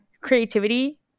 creativity